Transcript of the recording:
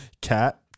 Cat